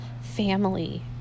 family